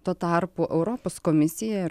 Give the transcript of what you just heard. tuo tarpu europos komisija